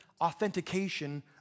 authentication